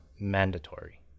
mandatory